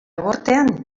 gortean